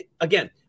Again